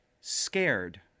Scared